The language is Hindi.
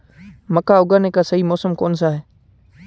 मक्का उगाने का सही मौसम कौनसा है?